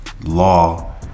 law